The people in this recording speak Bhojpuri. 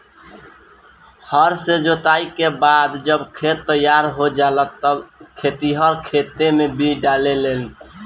हर से जोताई के बाद जब खेत तईयार हो जाला तब खेतिहर खेते मे बीज डाले लेन